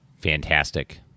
Fantastic